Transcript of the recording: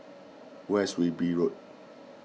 where is Wilby Road